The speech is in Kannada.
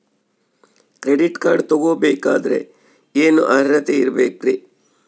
ಕ್ರೆಡಿಟ್ ಕಾರ್ಡ್ ತೊಗೋ ಬೇಕಾದರೆ ಏನು ಅರ್ಹತೆ ಇರಬೇಕ್ರಿ?